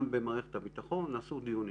גם במערכת הביטחון נעשו דיונים.